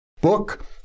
book